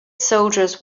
soldiers